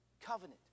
Covenant